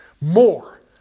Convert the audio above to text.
more